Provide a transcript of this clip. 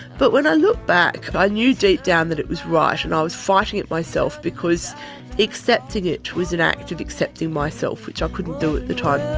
but when i looked back, i knew deep down that it was right and i was fighting it myself because accepting it was an act of accepting myself, which i couldn't do at the time.